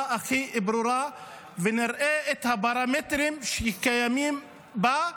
הכי ברורה ונראה את הפרמטרים שקיימים בה,